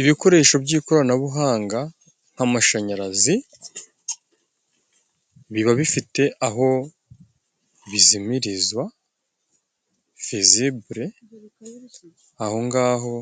Ibikoresho by'ikoranabuhanga nk'amashanyarazi biba bifite aho bizimiriza fizibure ahongaho